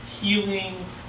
healing